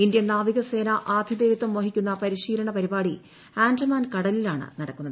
Indian നാവികസേന ആതിഥേയത്വം വഹിക്കുന്ന പ്രിശ്രീലന പരിപാടി ആൻഡമാൻ കടലിലാണ് നടക്കുന്നത്